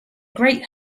great